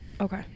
Okay